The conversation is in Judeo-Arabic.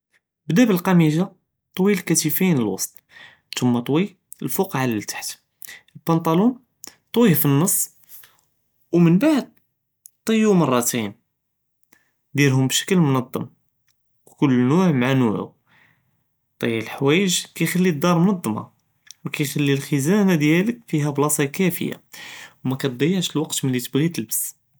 בְּדָא בּלקְּמִיגָ׳ה בּטוּל כתפי ללווסט، תם אטְוִי ללפוק עלא לתחת، לבּנטלון טויה פנס، ומנבּעד טיו מַרְתין، דירְהום בּשכּ למנְדַם، כל נוּע מַע נוּעו، טי לחְוָואיג כִּיְחְלִי דָאר מֻנְדְמָה، יִחְלִי לחְזָאנָה דיאלכּ כאפְיָה، וּכתמַתְדִיעְש ללווקת מתבְּעִי תְלְבְּס.